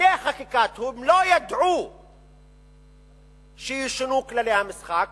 לפני החקיקה, לא ידעו שישונו כללי המשחק,